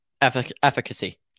efficacy